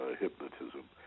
hypnotism